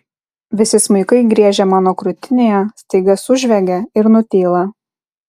visi smuikai griežę mano krūtinėje staiga sužviegia ir nutyla